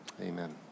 Amen